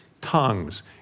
tongues